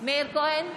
מאיר כהן,